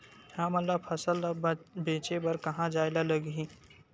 हमन ला फसल ला बेचे बर कहां जाये ला लगही?